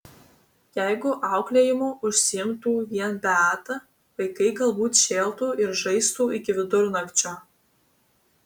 jeigu auklėjimu užsiimtų vien beata vaikai galbūt šėltų ir žaistų iki vidurnakčio